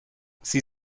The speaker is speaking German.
sie